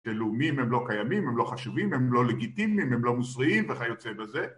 ללאומים הם לא קיימים, הם לא חשובים, הם לא לגיטימיים, הם לא מוסריים, וכך יוצא בזה